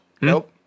Nope